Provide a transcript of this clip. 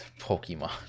Pokemon